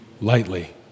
lightly